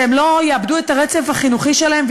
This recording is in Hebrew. כדי שהם לא יאבדו את הרצף החינוכי שלהם,